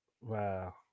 Wow